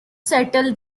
settle